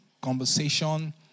conversation